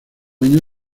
año